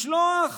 לשלוח